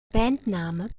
bandname